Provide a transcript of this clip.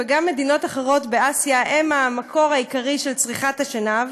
וגם מדינות אחרות באסיה הן המקור העיקרי של צריכת השנהב.